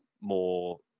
more